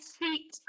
seat